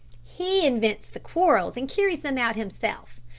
he invents the quarrels and carries them out himself.